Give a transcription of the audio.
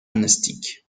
monastiques